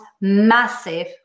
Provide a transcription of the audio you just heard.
massive